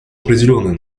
определенную